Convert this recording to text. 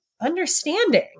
understanding